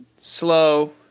slow